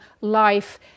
life